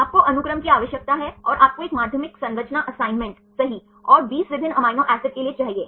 आपको अनुक्रम की आवश्यकता है और आपको एक माध्यमिक संरचना असाइनमेंट सही और 20 विभिन्न अमीनो एसिड के लिए चाहिए